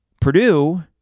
Purdue